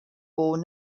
bore